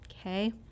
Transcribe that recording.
Okay